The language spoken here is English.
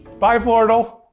bye, flortle.